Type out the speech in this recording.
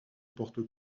porte